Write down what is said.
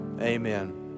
amen